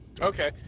Okay